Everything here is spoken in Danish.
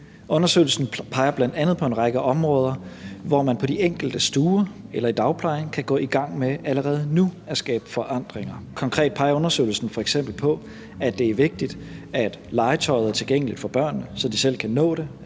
Undersøgelsen peger bl.a. på en række områder, hvor man på de enkelte stuer eller i dagplejen kan gå i gang med allerede nu at skabe forandringer. Konkret peger undersøgelsen f.eks. på, at det er vigtigt, at legetøjet er tilgængeligt for børnene, så de selv kan nå det,